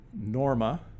Norma